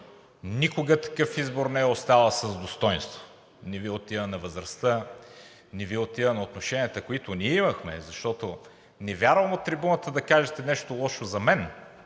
никога такъв избор не е ставал с достойнство. Не Ви отива на възрастта, не Ви отива на отношенията, които ние имахме, защото не вярвам от трибуната да кажете нещо лошо за мен,